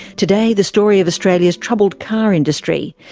today, the story of australia's troubled car industry,